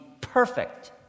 perfect